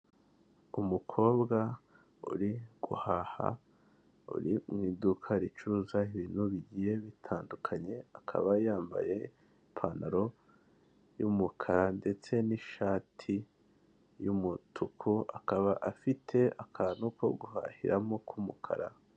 Umukobwa uri guhaha uri mu iduka ricuruza ibintu bigiye bitandukanye, akaba yambaye ipantaro y'umukara ndetse n'ishati y'umutuku akaba, afite akantu ko guhahiramo k'umukara.